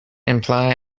imply